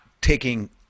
taking